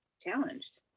challenged